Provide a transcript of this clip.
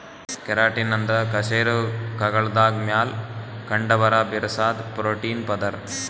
keratin ಅಂದ್ರ ಕಶೇರುಕಗಳ್ದಾಗ ಮ್ಯಾಲ್ ಕಂಡಬರಾ ಬಿರ್ಸಾದ್ ಪ್ರೋಟೀನ್ ಪದರ್